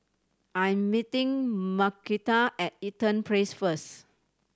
I am meeting Markita at Eaton Place first